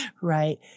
right